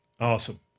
Awesome